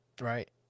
Right